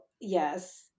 yes